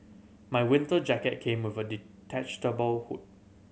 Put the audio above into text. my winter jacket came with a hood